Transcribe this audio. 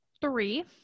three